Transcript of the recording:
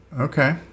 Okay